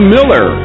Miller